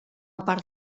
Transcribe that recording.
part